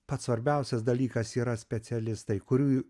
pats svarbiausias dalykas yra specialistai kurių